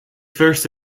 first